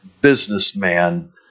businessman